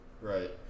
right